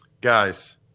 guys